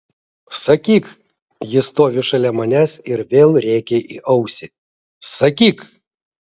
sakyk ji stovi šalia manęs ir vėl rėkia į ausį sakyk